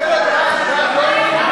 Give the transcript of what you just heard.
ההצבעה שלך.